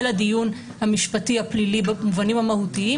לדיון המשפטי הפלילי במובנים המהותיים,